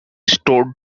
stored